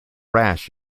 rash